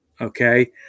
okay